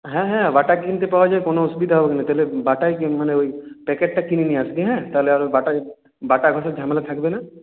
হ্যাঁ হ্যাঁ বাটা কিনতে পাওয়া যায় কোনো অসুবিধা হবে না তাহলে বাটাই কেন মানে ওই প্যাকেটটা কিনে নিয়ে আসবি হ্যাঁ তাহলে ওই বাটার বাটা ঘষার ঝামেলা থাকবে না